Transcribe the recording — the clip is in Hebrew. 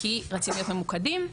כי רצינו להיות ממוקדים,